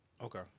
Okay